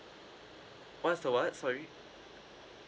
what's the what sorry